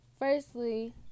Firstly